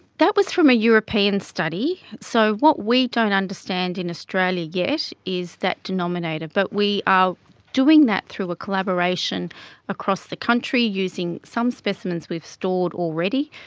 that was from a european study. so what we don't understand in australia yet is that denominator, but we are doing that through a collaboration across the country using some specimens we've stored already,